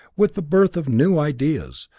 with the birth of new ideas,